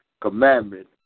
commandment